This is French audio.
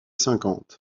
cinquante